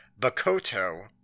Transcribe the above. Bakoto